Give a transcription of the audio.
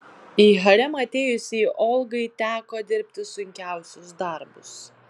į haremą atėjusiai olgai teko dirbti sunkiausius darbus